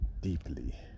deeply